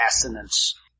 assonance